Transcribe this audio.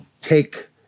take